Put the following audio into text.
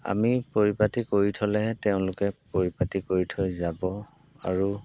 আমি পৰিপাটি কৰি থ'লেহে তেওঁলোকে পৰিপাটি কৰি থৈ যাব আৰু